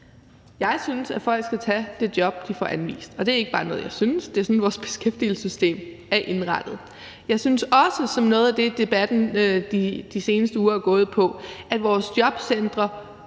Jeg synes, at folk skal tage det job, de får anvist. Og det er ikke bare noget, jeg synes, det er sådan vores beskæftigelsessystem er indrettet. Jeg synes også – det er noget af det, debatten de seneste uger har gået på – at vores jobcentre